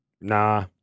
Nah